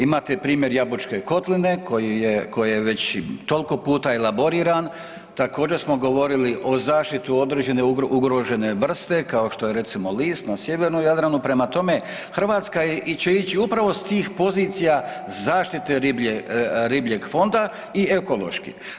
Imate primjer Jabučke kotline koja je već toliko puta elaboriran, također smo govorili o zaštiti određene ugrožene vrste kao što je recimo list na sjevernom Jadranu, prema tome Hrvatska će ići upravo s tih pozicija zaštite ribljeg fonda i ekološki.